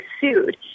sued